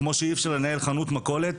כמו שאי אפשר לנהל חנות מכולת,